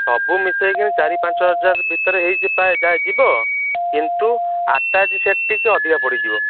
ସବୁ ମିଶେଇକି ଚାରି ପାଞ୍ଚ ହଜାରେ ଭିତରେ ହୋଇ ଯିବ କିନ୍ତୁ ଆଟାଚି ସେଟ୍ ଟିକେ ଅଧିକା ପଡ଼ିଯିବ